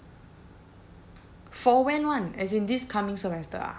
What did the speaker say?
for when [one] as in this coming semester ah